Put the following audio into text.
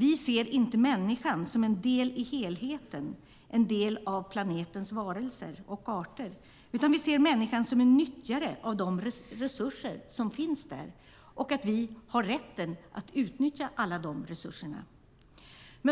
Vi ser inte människan som en del i helheten, en del av planetens varelser och arter, utan vi ser människan som en nyttjare av de resurser som finns där och att vi har rätten att utnyttja alla dessa resurser.